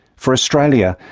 for australia,